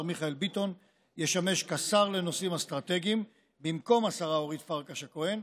מיכאל ביטון ישמש שר לנושאים אסטרטגיים במקום השרה אורית פרקש הכהן,